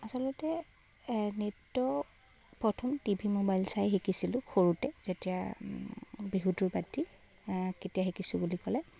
আচলতে এ নৃত্য প্ৰথম টিভি মোবাইল চাই শিকিছিলোঁ সৰুতে যেতিয়া বিহুটো বাদ দি কেতিয়া শিকিছোঁ বুলি ক'লে